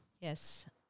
Yes